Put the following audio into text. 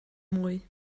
mwy